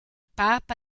papa